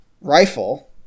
rifle